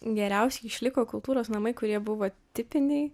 geriausiai išliko kultūros namai kurie buvo tipiniai